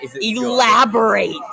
elaborate